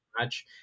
match